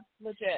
Legit